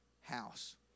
house